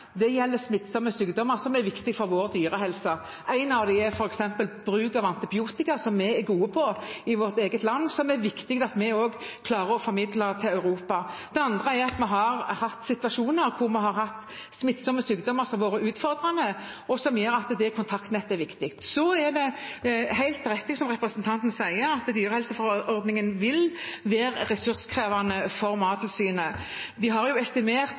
det gjelder smittsomme sykdommer, noe som er viktig for vår dyrehelse. Et eksempel er bruk av antibiotika, som vi er gode på i vårt eget land, og som det er viktig at vi også klarer å formidle til Europa. Det andre er at vi har hatt situasjoner hvor vi har hatt smittsomme sykdommer som har vært utfordrende, noe som gjør at det kontaktnettet er viktig. Så er det helt rett, som representanten sier, at dyrehelseforordningen vil være ressurskrevende for Mattilsynet. De har estimert